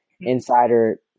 insider